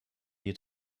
die